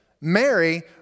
Mary